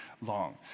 long